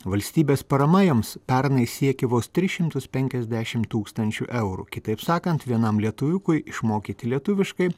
valstybės parama jiems pernai siekė vos tris šimtus penkiasdešim tūkstančių eurų kitaip sakant vienam lietuviukui išmokyti lietuviškai